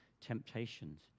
temptations